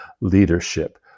leadership